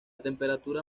temperatura